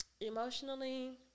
Emotionally